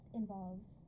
involves